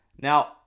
Now